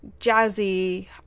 jazzy